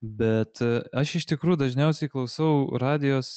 bet aš iš tikrųjų dažniausiai klausau radijos